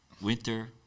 winter